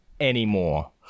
anymore